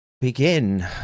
begin